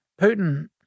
Putin